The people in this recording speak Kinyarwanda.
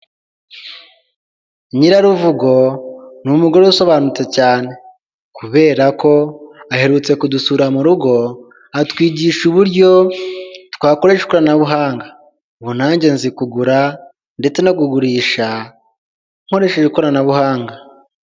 Nyiraruvugo ni umugore usobanutse cyane kubera ko aherutse kudusura mu rugo atwigisha uburyo twakoresha ikoranabuhanga, ubu nanjye nzi kugura ndetse no kugurisha nkoresheje ikoranabuhanga.